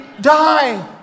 die